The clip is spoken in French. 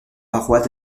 parois